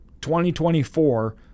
2024